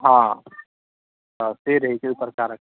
हँ तऽ से रहै छै ओकर कारण